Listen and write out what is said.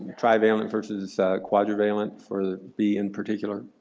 trivalent versus quadrivalent for b, in particular?